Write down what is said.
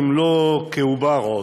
אם לא עוד כעובר,